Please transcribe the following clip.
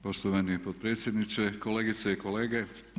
Poštovani potpredsjedniče, kolegice i kolege.